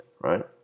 right